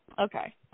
Okay